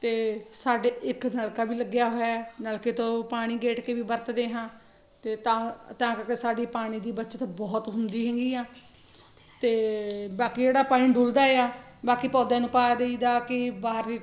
ਅਤੇ ਸਾਡੇ ਇੱਕ ਨਲਕਾ ਵੀ ਲੱਗਿਆ ਹੋਇਆ ਹੈ ਨਲਕੇ ਤੋਂ ਪਾਣੀ ਗੇੜ ਕੇ ਵੀ ਵਰਤਦੇ ਹਾਂ ਅਤੇ ਤਾਂ ਤਾਂ ਕਰਕੇ ਸਾਡੀ ਪਾਣੀ ਦੀ ਬੱਚਤ ਬਹੁਤ ਹੁੰਦੀ ਹੈਗੀ ਆ ਅਤੇ ਬਾਕੀ ਜਿਹੜਾ ਪਾਣੀ ਡੁੱਲਦਾ ਆ ਬਾਕੀ ਪੌਦਿਆਂ ਨੂੰ ਪਾ ਦਈਦਾ ਕਿ ਬਾਹਰ